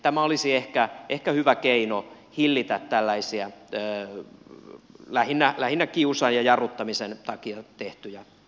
tämä olisi ehkä hyvä keino hillitä tällaisia lähinnä kiusan ja jarruttamisen takia tehtyjä valituksia